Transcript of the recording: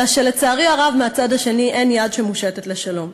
אלא שלצערי הרב, מהצד השני אין יד שמושטת לשלום.